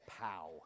Pow